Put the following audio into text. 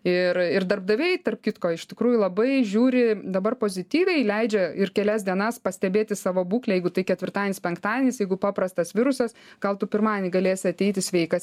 ir ir darbdaviai tarp kitko iš tikrųjų labai žiūri dabar pozityviai leidžia ir kelias dienas pastebėti savo būklę jeigu tai ketvirtadienis penktadienis jeigu paprastas virusas gal tu pirmadienį galėsi ateiti sveikas